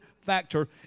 factor